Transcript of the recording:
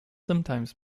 sometimes